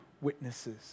witnesses